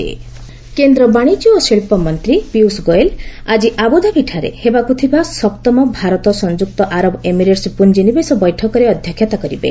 ପିୟୁଷ ଗୋଏଲ କେନ୍ଦ୍ର ବାଣିଜ୍ୟ ଓ ଶିଳ୍ପ ମନ୍ତ୍ରୀ ପୀୟୁଷ ଗୋଏଲ ଆଜି ଆବୁଧାବିଠାରେ ହେବାକୁ ଥିବା ସପ୍ତମ ଭାରତ ସଂଯୁକ୍ତ ଆରବ ଏମିରେଟ୍ସ ପୁଞ୍ଜିନିବେଶ ବୈଠକରେ ଅଧ୍ୟକ୍ଷତା କରିବେ